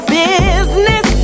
business